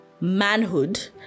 manhood